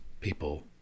people